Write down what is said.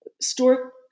store